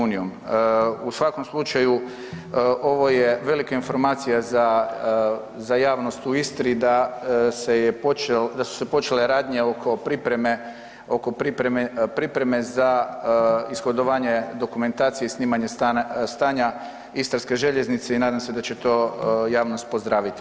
U svakom slučaju ovo je velika informacija za javnost u Istri da se je počeo, da su se počele radnje oko pripreme, oko pripreme za ishodovanje dokumentacije i snimanje stanja istarske željeznice i nadam se da će to javnost pozdraviti.